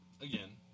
again